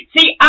See